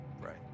right